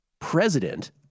president